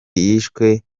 yishwe